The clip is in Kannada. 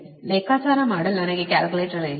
ಲೆಕ್ಕಾಚಾರ ಮಾಡಲು ನನಗೆ ಕ್ಯಾಲ್ಕುಲೇಟರ್ ಇಲ್ಲ